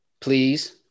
Please